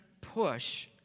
push